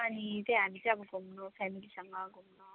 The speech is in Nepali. अनि चाहिँ हामी चाहिँ अब घुम्नु फ्यामिलीसँग घुम्नु